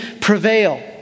prevail